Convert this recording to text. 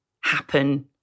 happen